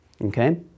Okay